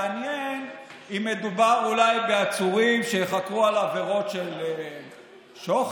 מעניין אם מדובר אולי בעצורים שייחקרו על עבירות של שוחד,